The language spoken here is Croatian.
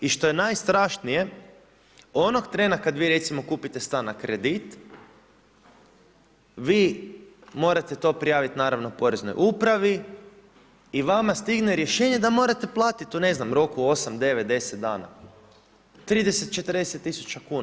I što je najstrašnije, onog trena kad vi recimo kupite stan na kredit, vi morate to prijaviti naravno, Poreznoj upravi i vama stigne rješenje da morate platiti u roku ne znam, 8, 9, 10 dana 30-40 tisuća kuna.